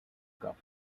cup